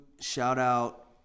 Shout-out